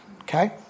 okay